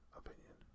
opinion